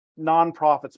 nonprofits